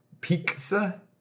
Pizza